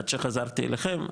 עד שחזרתי אליכם,